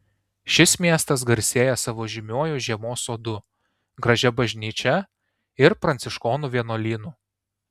šis miestas garsėja savo žymiuoju žiemos sodu gražia bažnyčia ir pranciškonų vienuolynu